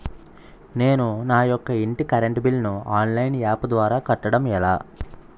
నేను నా యెక్క ఇంటి కరెంట్ బిల్ ను ఆన్లైన్ యాప్ ద్వారా కట్టడం ఎలా?